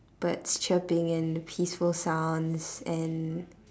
birds chirping and the peaceful sounds and